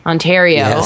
Ontario